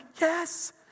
yes